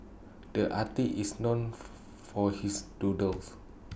the artist is known for his doodles